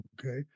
Okay